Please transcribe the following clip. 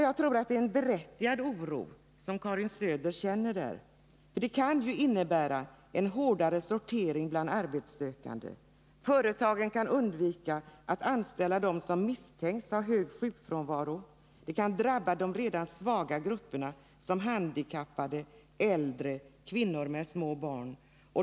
Jag tror det är en berättigad oro som Karin Söder känner, för detta kan ju innebära en hårdare sortering bland arbetssökande. Företagen kan undvika att anställa dem som misstänks ha hög sjukfrånvaro. Det kan drabba de redan svaga grupperna, t.ex. de handikappade, äldre, kvinnor med små barn.